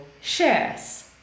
shares